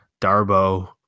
Darbo